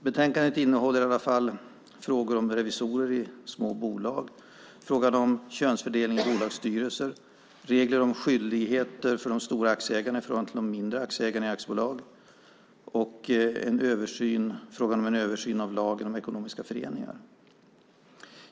Betänkandet innehåller i alla fall frågor om revisorer i små bolag, frågan om könsfördelning i bolagsstyrelser, regler om skyldigheter för de stora aktieägarna i förhållande till de mindre aktieägarna i aktiebolag och frågan om en översyn av lagen om ekonomiska föreningar.